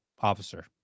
officer